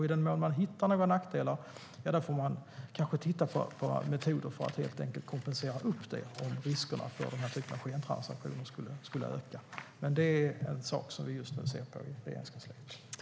I den mån man hittar några nackdelar får man kanske titta på metoder för att helt enkelt kompensera för dessa om riskerna för denna typ av skentransaktioner skulle öka. Det är en sak som vi just nu ser på i Regeringskansliet.